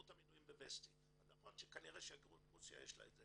אז נכון שלשגרירות רוסיה יש.